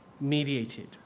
mediated